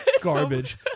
garbage